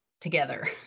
together